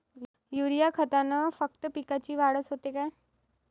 Urea खतानं फक्त पिकाची वाढच होते का?